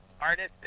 artist